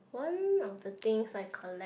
one of the things I collect